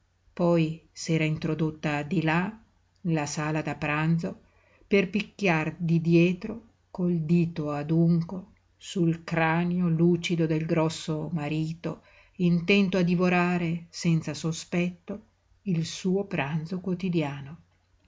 poi s'era introdotta di là nella sala da pranzo per picchiar di dietro col dito adunco sul cranio lucido del grosso marito intento a divorare senza sospetto il suo pranzo quotidiano